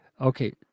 Okay